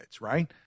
right